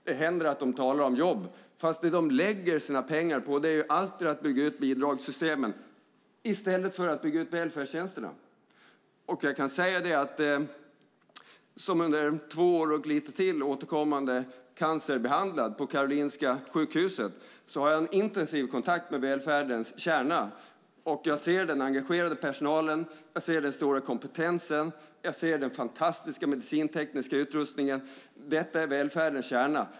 Det händer att de talar om jobb, fast det de lägger sina pengar på är alltid att bygga ut bidragssystemen i stället för att bygga ut välfärdstjänsterna. Jag kan säga att som under två år och lite till återkommande cancerbehandlad på Karolinska sjukhuset har jag en intensiv kontakt med välfärdens kärna. Jag ser den engagerade personalen. Jag ser den stora kompetensen. Jag ser den fantastiska medicintekniska utrustningen. Detta är välfärdens kärna.